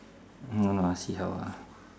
I don't know see how ah